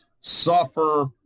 suffer